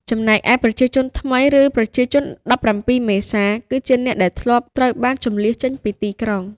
ចំណែកឯ "ប្រជាជនថ្មី" ឬ "ប្រជាជន ១៧ មេសា" គឺជាអ្នកដែលត្រូវបានជម្លៀសចេញពីទីក្រុង។